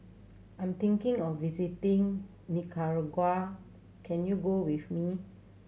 I'm thinking of visiting Nicaragua can you go with me